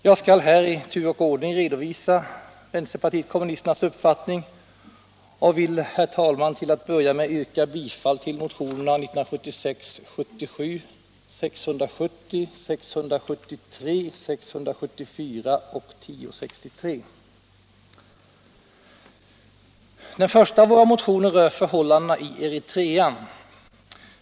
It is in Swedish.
Jag skall här, i tur och ordning, redovisa vänsterpartiet kommunisternas uppfattning och vill, herr talman, till att börja med yrka bifall till motionerna 1976/77:670, 673, 674 yrkande 2 och 1063. Den första av våra motioner berör förhållandena i Eritrea.